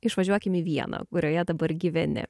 išvažiuokim į vieną kurioje dabar gyveni